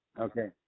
Okay